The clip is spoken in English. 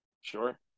Sure